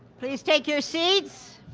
please take your seats,